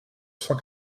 cent